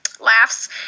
Laughs